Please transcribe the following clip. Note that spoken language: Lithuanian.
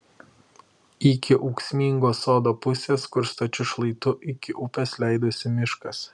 iki ūksmingos sodo pusės kur stačiu šlaitu iki upės leidosi miškas